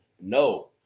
No